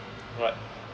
what